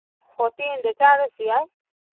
ꯍꯣꯇꯦꯜꯗ ꯆꯥꯔꯁꯨ ꯌꯥꯏ